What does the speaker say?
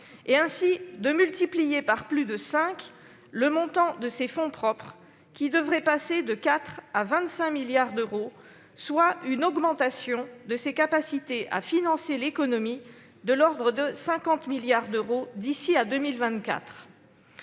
et, ainsi, de multiplier par plus de cinq le montant de ses fonds propres, qui devraient passer de 4 à 25 milliards d'euros, soit une augmentation de ses capacités à financer l'économie de l'ordre de 50 milliards d'euros d'ici à 2024.